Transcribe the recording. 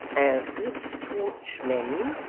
as good staunch men,